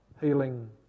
healing